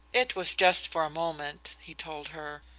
it was just for a moment, he told her.